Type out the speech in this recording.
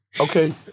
Okay